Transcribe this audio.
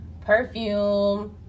perfume